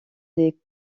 des